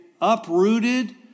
uprooted